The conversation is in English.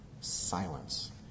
silence